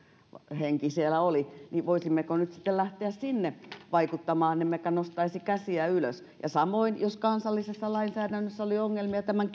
henki siellä oli nyt sitten lähteä vaikuttamaan emmekä nostaisi käsiä ylös ja samoin jos kansallisessa lainsäädännössä oli ongelmia tämän